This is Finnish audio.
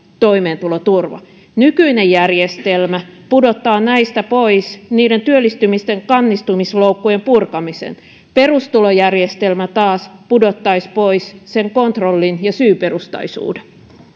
toimeentuloturvan nykyinen järjestelmä pudottaa näistä pois työllistymisen kannustinloukkujen purkamisen perustulojärjestelmä taas pudottaisi pois kontrollin ja syyperustaisuuden